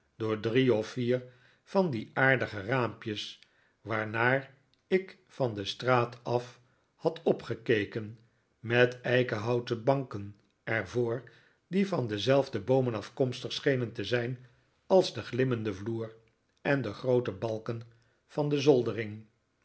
door drie of vier van die aardige raampjes waarnaar ik van de straat af had opgekeken met eikenhouten banken er voor die van dezelfde boomen afkomstig schenen te zijn als de glimmende vloer en de groote balken van de zoldering